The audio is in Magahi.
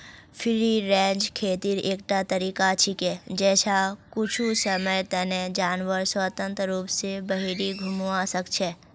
फ्री रेंज खेतीर एकटा तरीका छिके जैछा कुछू समयर तने जानवर स्वतंत्र रूप स बहिरी घूमवा सख छ